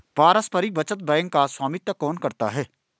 पारस्परिक बचत बैंक का स्वामित्व कौन करता है?